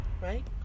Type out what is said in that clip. Right